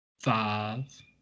five